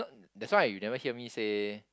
that's why you never hear me say